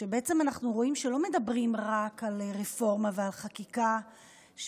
שבעצם אנחנו רואים שלא רק מדברים על רפורמה ועל חקיקה שמתחילה